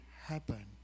happen